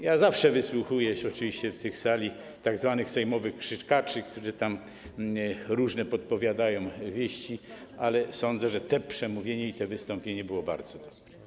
Ja zawsze wysłuchuję oczywiście w tej sali tzw. sejmowych krzykaczy, którzy różne podpowiadają wieści, ale sądzę, że to przemówienie, to wystąpienie było bardzo dobre.